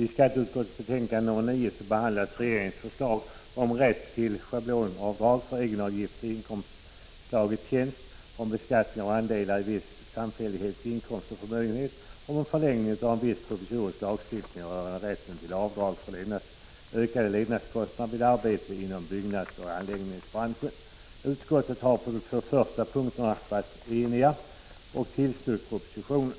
I skatteutskottets betänkande nr 9 behandlas regeringens förslag om rätt till schablonavdrag för egenavgifter i inkomstslaget tjänst, om beskattning av andelar i vissa samfälligheters inkomster och förmögenheter och om förlängning av viss provisorisk lagstiftning rörande rätten till avdrag för ökade levnadskostnader vid arbete inom byggnadsoch anläggningsbranschen. Utskottet har när det gäller de två första frågorna varit enigt och tillstyrkt propositionen.